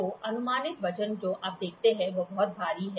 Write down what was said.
तो अनुमानित वजन जो आप देखते हैं वह बहुत भारी है